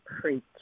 preach